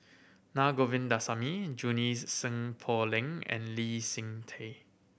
Na Govindasamy Junie Sng Poh Leng and Lee Seng Tee